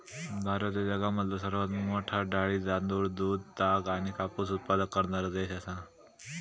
भारत ह्यो जगामधलो सर्वात मोठा डाळी, तांदूळ, दूध, ताग आणि कापूस उत्पादक करणारो देश आसा